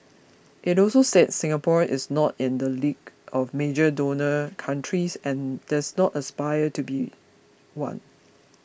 it also said Singapore is not in the league of major donor countries and does not aspire to be one